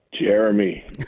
Jeremy